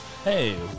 Hey